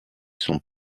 sont